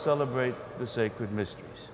celebrate the sacred mysteries